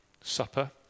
supper